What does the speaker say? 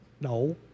No